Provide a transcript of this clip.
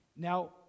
Now